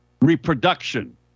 reproduction